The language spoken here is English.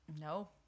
No